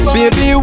Baby